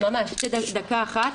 ממש דקה אחת.